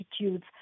attitudes